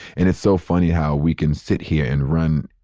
and it's so funny how we can sit here and run